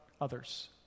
others